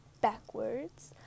backwards